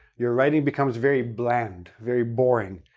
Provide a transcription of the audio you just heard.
your writing becomes very bland, very boring,